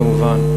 כמובן.